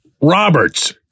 Roberts